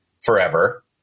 forever